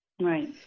Right